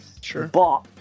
Sure